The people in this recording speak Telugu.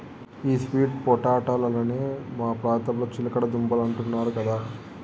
ఈ స్వీట్ పొటాటోలనే మా ప్రాంతంలో చిలకడ దుంపలంటున్నారు కదా